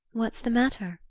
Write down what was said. what's the matter?